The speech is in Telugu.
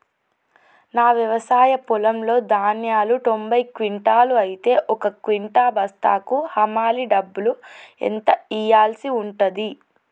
నా వ్యవసాయ పొలంలో ధాన్యాలు తొంభై క్వింటాలు అయితే ఒక క్వింటా బస్తాకు హమాలీ డబ్బులు ఎంత ఇయ్యాల్సి ఉంటది?